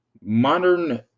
modern